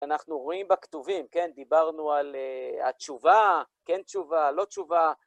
אנחנו רואים בכתובים, כן, דיברנו על התשובה, כן תשובה, לא תשובה.